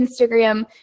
Instagram